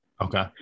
Okay